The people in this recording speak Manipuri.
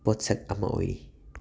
ꯄꯣꯠꯁꯛ ꯑꯃ ꯑꯣꯏꯔꯤ